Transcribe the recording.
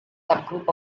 subgroup